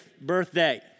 birthday